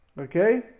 Okay